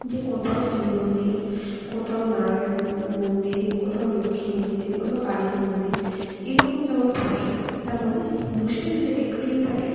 যে কোথাও শিব মন্দির কোথাও নারায়ণ মন্দির কোথাও লক্ষ্মী মন্দির কোথাও কালী মন্দির এই রকম যেমন থাকে তেমন মুসলিমদের একটিই থাকে